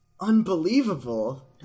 unbelievable